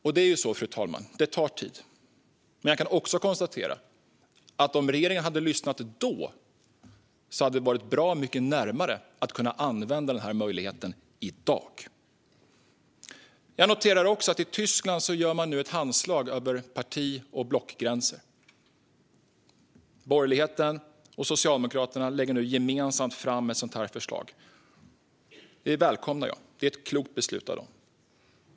Så är det, fru talman. Det tar tid. Men om regeringen hade lyssnat då hade vi varit bra mycket närmare att kunna använda denna möjlighet i dag. Jag har noterat att man i Tyskland nu gör ett handslag över parti och blockgränser. Borgerligheten och socialdemokraterna lägger nu fram ett gemensamt sådant förslag. Det välkomnar jag. Det är ett klokt beslut av dem.